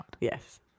Yes